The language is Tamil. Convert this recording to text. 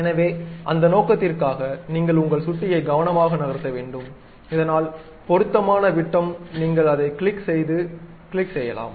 எனவே அந்த நோக்கத்திற்காக நீங்கள் உங்கள் சுட்டியை கவனமாக நகர்த்த வேண்டும் இதனால் பொருத்தமான விட்டம் நீங்கள் அதைக் கிளிக் செய்து கிளிக் செய்யலாம்